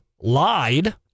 lied